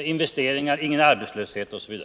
investeringar, ingen arbetslöshet osv.